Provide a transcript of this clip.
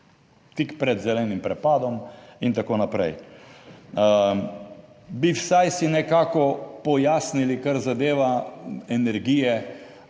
tik pred zelenim prepadom in tako naprej. Bi vsaj si nekako pojasnili, kar zadeva energije,